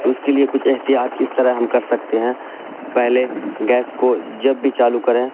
اس کے لیے کچھ احتیاط اس طرح ہم کر سکتے ہیں پہلے گیس کو جب بھی چالو کریں